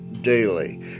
daily